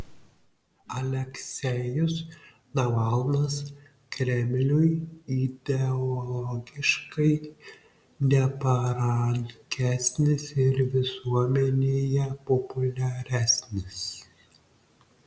aleksejus navalnas kremliui ideologiškai neparankesnis ir visuomenėje populiaresnis